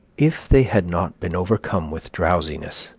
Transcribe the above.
if they had not been overcome with drowsiness,